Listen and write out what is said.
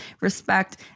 respect